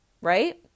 right